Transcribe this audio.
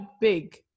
big